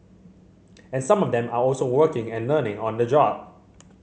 and some of them are also working and learning on the job